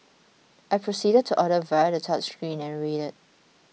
I proceeded to order via the touchscreen and waited